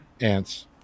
Ants